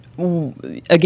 Again